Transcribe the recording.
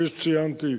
כפי שציינתי,